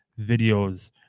videos